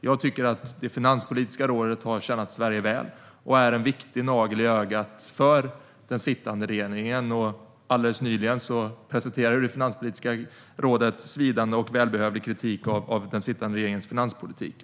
Jag tycker att Finanspolitiska rådet har tjänat Sverige väl och är en viktig nagel i ögat på den sittande regeringen. Alldeles nyligen presenterade Finanspolitiska rådet svidande och välbehövlig kritik av den sittande regeringens finanspolitik.